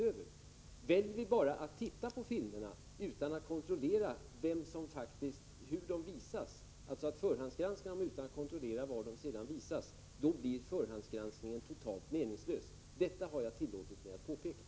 Om vi väljer att bara titta på filmerna, utan att kontrollera hur de visas, alltså att förhandsgranska dem utan att kontrollera var de sedan visas, blir förhandsgranskningen totalt meningslös. Detta har jag som sagt tillåtit mig att påpeka.